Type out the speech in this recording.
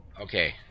Okay